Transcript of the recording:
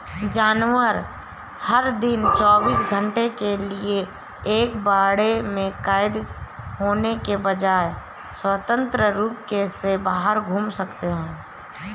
जानवर, हर दिन चौबीस घंटे के लिए एक बाड़े में कैद होने के बजाय, स्वतंत्र रूप से बाहर घूम सकते हैं